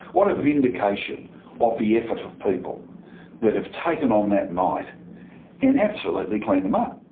what a vindication of the effort of people that have taken on that might and absolutely cleaned them up.